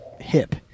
hip